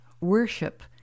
worship